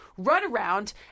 runaround